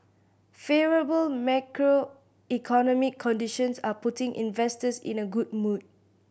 favourable macroeconomic conditions are putting investors in a good mood